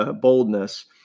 boldness